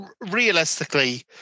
realistically